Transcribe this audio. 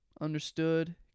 understood